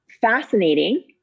Fascinating